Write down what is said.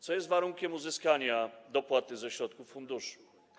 Co jest warunkiem uzyskania dopłaty ze środków funduszu?